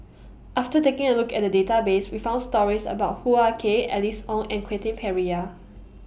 after taking A Look At The Database We found stories about Hoo Ah Kay Alice Ong and Quentin Pereira